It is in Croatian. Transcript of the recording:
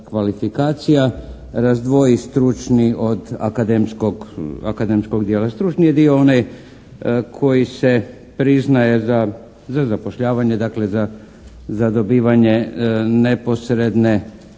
kvalifikacije razdvoji stručni od akademskog dijela. Stručni dio je onaj koji se priznaje za zapošljavanje. Dakle, za dobivanje neposredne